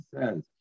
says